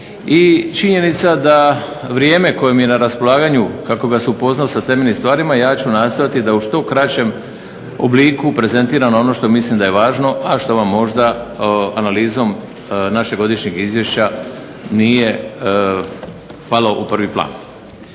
i činjenica da vrijeme koje mi je na raspolaganju kako bi vas upoznao sa temeljnim stvarima ja ću nastojati da u što kraćem obliku prezentiram ono što mislim da je važno, a što vam možda analizom našeg godišnjeg izvješća nije palo u prvi plan.